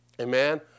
Amen